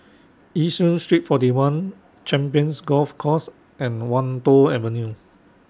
Yishun Street forty one Champions Golf Course and Wan Tho Avenue